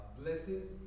blessings